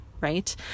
right